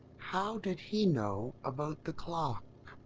how did he know about the clock?